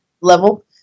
level